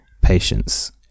Patience